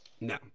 No